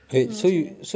tu lah maksud dia